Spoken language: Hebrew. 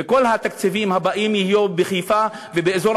וכל התקציבים הבאים יהיו בחיפה ובאזור